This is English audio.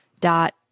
dot